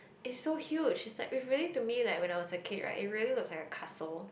is so huge is like it really to me when I was a kid right it really look like a castle